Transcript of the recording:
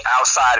outside